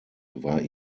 war